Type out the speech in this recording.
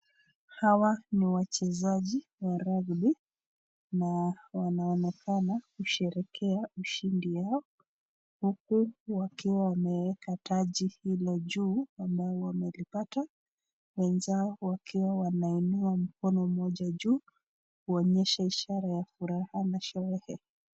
Hawa ni wachezaji wa rugby na wanaonekana kusheherekea ushindi wao huku wakiwa wameweka taji hilo juu ambao wamelipata, wenzao wakiwa wanainua mkono mmoja juu, kuonyesha ishara ya furaha na sherehe.